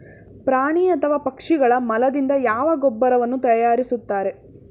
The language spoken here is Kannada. ಪ್ರಾಣಿ ಅಥವಾ ಪಕ್ಷಿಗಳ ಮಲದಿಂದ ಯಾವ ಗೊಬ್ಬರವನ್ನು ತಯಾರಿಸುತ್ತಾರೆ?